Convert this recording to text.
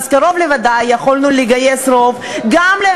קרוב לוודאי שהיינו יכולים לגייס רוב גם,